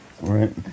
Right